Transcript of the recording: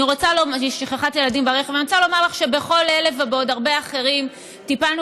אני רוצה לומר לך שבכל אלה ובעוד הרבה אחרים טיפלנו